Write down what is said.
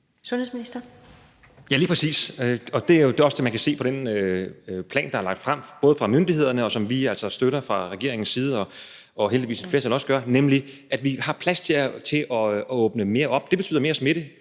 Heunicke): Ja, lige præcis. Det er også det, man kan se af den plan, der er lagt frem fra myndighedernes side, og som vi altså støtter fra regeringens side, og som et flertal heldigvis også støtter, nemlig at vi har plads til at åbne mere op. Det betyder mere smitte,